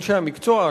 אנשי המקצוע,